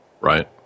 right